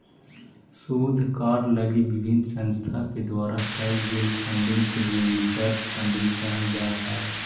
शोध कार्य लगी विभिन्न संस्था के द्वारा कैल गेल फंडिंग के रिसर्च फंडिंग कहल जा हई